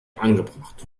angebracht